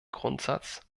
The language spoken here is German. grundsatz